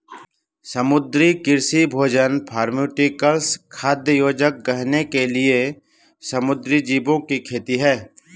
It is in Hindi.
समुद्री कृषि भोजन फार्मास्यूटिकल्स, खाद्य योजक, गहने के लिए समुद्री जीवों की खेती है